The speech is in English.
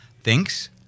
thinks